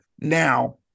Now